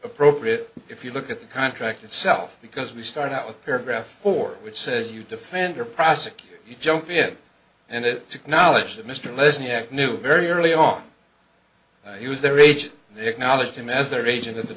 appropriate if you look at the contract itself because we start out with paragraph four which says you defend your prosecutor you jump it and it took knowledge that mr listening at knew very early on that he was their age they acknowledged him as their agent in the